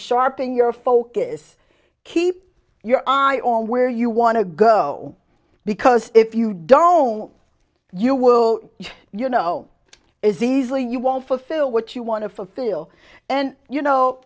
sharpen your focus keep your eye on where you want to go because if you don't you will you know is easily you won't fulfill what you want to fulfill and you know